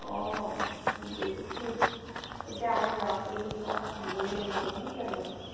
অঁ বুজিছোঁ এতিয়া আপুনি ল'ৰা ছোৱালীখিনি কথা ভাবিবই লাগিব নহয় জানো